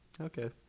Okay